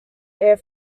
air